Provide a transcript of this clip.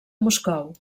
moscou